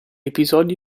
episodi